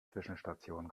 zwischenstation